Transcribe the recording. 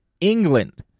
England